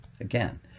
Again